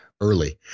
early